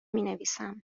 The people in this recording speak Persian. مینویسم